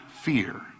fear